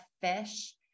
fish